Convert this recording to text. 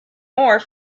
more